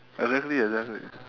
exactly exactly